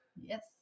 Yes